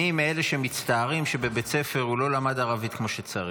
אני מאלה שמצטערים שבבית ספר הם לא למדו ערבית כמו שצריך.